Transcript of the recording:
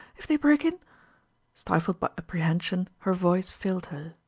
if they break in stifled by apprehension, her voice failed her.